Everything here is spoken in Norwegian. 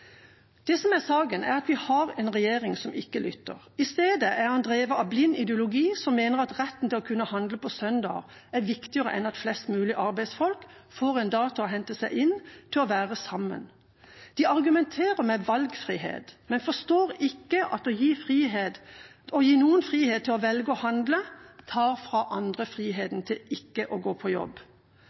Det som er saken, er at vi har en regjering som ikke lytter. I stedet er den drevet av blind ideologi som mener at retten til å kunne handle på søndager er viktigere enn at flest mulige arbeidsfolk får en dag til å hente seg inn, til å være sammen. De argumenterer med valgfrihet, men forstår ikke at å gi noen frihet til å velge å handle, tar fra andre friheten til ikke å gå på jobb.